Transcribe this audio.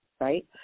right